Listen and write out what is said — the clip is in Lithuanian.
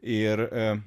ir a